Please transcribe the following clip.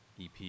EP